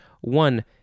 One